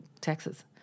taxes